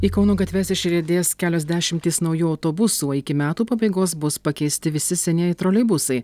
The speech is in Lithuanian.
į kauno gatves išriedės kelios dešimtys naujų autobusų o iki metų pabaigos bus pakeisti visi senieji troleibusai